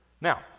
Now